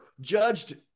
judged